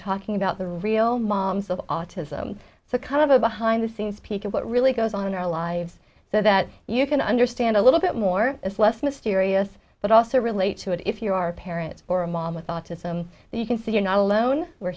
talking about the real moms of autism it's a kind of a behind the scenes peek of what really goes on in our lives so that you can understand a little bit more it's less mysterious but also relate to it if you are a parent or a mom with autism you can see you're not alone we're